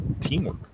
teamwork